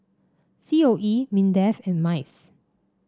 C O E Mindefand MICE